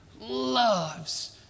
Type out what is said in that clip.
loves